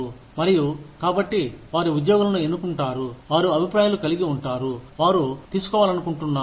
మరియు కాబట్టి వారు ఉద్యోగులను ఎన్నుకుంటారు వారు అభిప్రాయాలు కలిగి ఉంటారు వారు తీచేసుకోవాలనుకుంటున్నారు